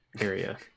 area